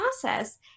process